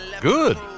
Good